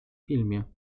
filmie